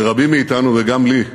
לרבים מאתנו, וגם לי,